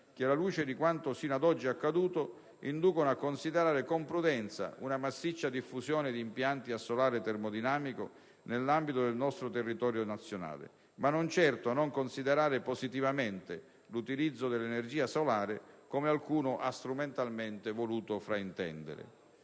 che, alla luce di quanto sino ad oggi accaduto, inducono a considerare con prudenza una massiccia diffusione di impianti a solare termodinamico nell'ambito del nostro territorio nazionale, ma non certo a non considerare positivamente l'utilizzo dell'energia solare, come alcuno ha strumentalmente voluto fraintendere.